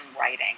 writing